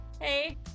Hey